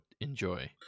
enjoy